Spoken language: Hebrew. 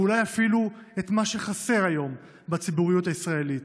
ואולי אפילו את מה שחסר היום בציבוריות הישראלית.